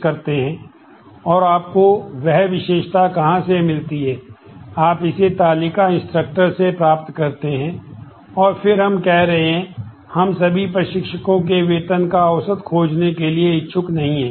करते हैं और आपको वह विशेषता कहां से मिलती है आप इसे तालिका इंस्ट्रक्टर से प्राप्त करते हैं और फिर हम कह रहे हैं हम सभी प्रशिक्षकों के वेतन का औसत खोजने के लिए इच्छुक नहीं हैं